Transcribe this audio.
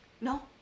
No